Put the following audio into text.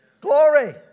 Glory